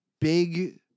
big